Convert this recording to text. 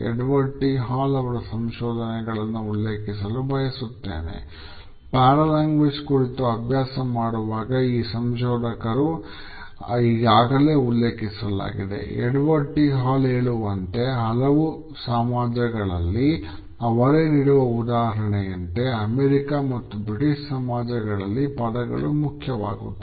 Edward T Hall ಹೇಳುವಂತೆ ಹಲವು ಸಮಾಜಗಳಲ್ಲಿ ಅವರೇ ನೀಡುವ ಉದಾಹರಣೆಯಂತೆ ಅಮೆರಿಕ ಮತ್ತು ಬ್ರಿಟಿಷ್ ಸಮಾಜಗಳಲ್ಲಿ ಪದಗಳು ಮುಖ್ಯವಾಗುತ್ತದೆ